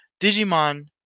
Digimon